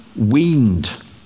weaned